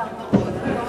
השר בר-און.